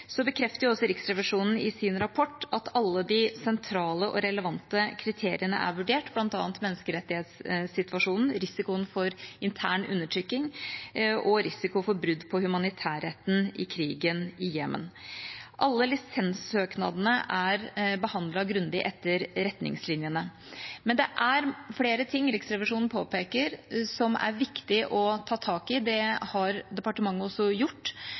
bekrefter også Riksrevisjonen i sin rapport at alle de sentrale og relevante kriteriene er vurdert, bl.a. menneskerettighetssituasjonen, risikoen for intern undertrykking og risikoen for brudd på humanitærretten i krigen i Jemen. Alle lisenssøknadene er behandlet grundig etter retningslinjene, men det er flere ting Riksrevisjonen påpeker som er viktig å ta tak i. Det har departementet også gjort.